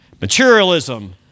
Materialism